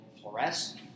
fluoresce